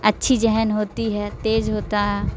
اچھی ذہن ہوتی ہے تیز ہوتا